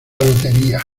lotería